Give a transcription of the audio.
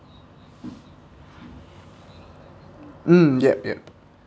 mm yup yup